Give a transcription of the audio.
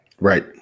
Right